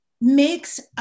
makes